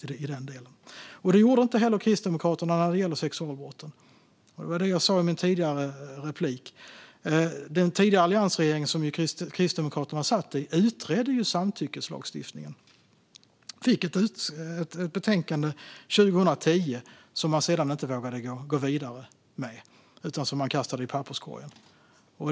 Som jag sa i mitt tidigare inlägg gjorde inte Kristdemokraterna det när det gäller sexualbrotten heller. Den tidigare alliansregering som Kristdemokraterna satt i utredde ju samtyckeslagstiftningen och fick 2010 ett betänkande som man sedan inte vågade gå vidare med utan kastade i papperskorgen.